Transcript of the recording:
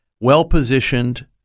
well-positioned